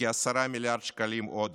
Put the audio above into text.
כ-10 מיליארד שקלים עודף,